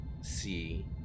see